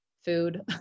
Food